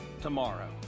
tomorrow